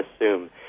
assume